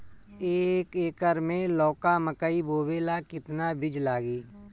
एक एकर मे लौका मकई बोवे ला कितना बिज लागी?